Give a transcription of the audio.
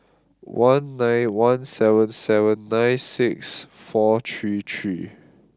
one nine one seven seven nine six four three three